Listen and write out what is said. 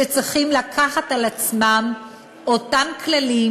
שצריכים לקחת על עצמם את אותם הכללים